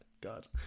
God